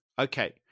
Okay